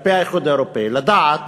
וכלפי האיחוד האירופי לדעת